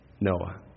Noah